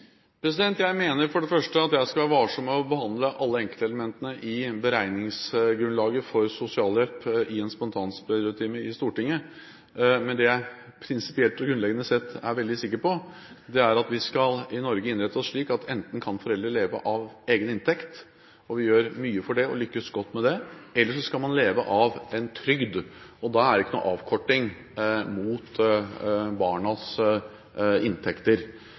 Jeg mener for det første at jeg skal være varsom med å behandle alle enkeltelementene i beregningsgrunnlaget for sosialhjelp i en spontanspørretime i Stortinget. Men det jeg prinsipielt og grunnleggende sett er veldig sikker på, er at vi i Norge skal innrette oss slik at foreldre enten kan leve av egen inntekt – og vi gjør mye for det og lykkes godt med det – eller leve av en trygd, og da er det ikke noen avkorting mot barnas inntekter.